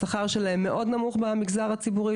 השכר שלהם מאוד נמוך במגזר הציבורי,